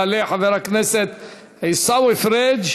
יעלה חבר הכנסת עיסאווי פריג',